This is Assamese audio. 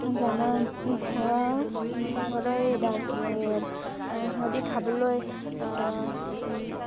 দানা খোৱা সিহঁতৰ সিহঁতি খাবলৈ